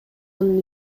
анын